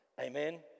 Amen